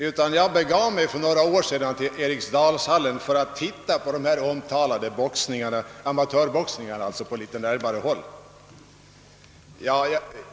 För några år sedan begav jag mig till Eriksdalshallen för att se på de omtalade amatörboxningarna på litet närmare håll.